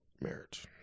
marriage